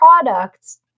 products